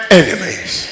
enemies